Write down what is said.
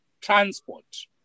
transport